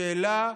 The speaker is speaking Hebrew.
השאלה היא,